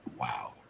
Wow